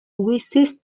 wishes